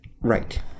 Right